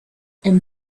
and